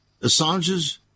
Assange's